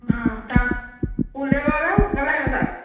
हा तव्हां कूलर वारो ॻाल्हायो था